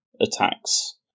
attacks